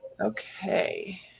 okay